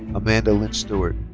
amanda lynn stewart.